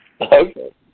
Okay